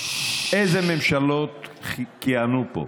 איזה ממשלות כיהנו פה.